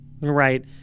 Right